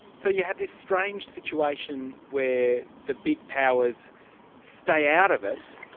so you have this strange situation where the big powers stay out of it,